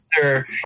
sir